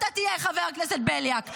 חבר הכנסת בליאק -- דוקטור.